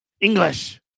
English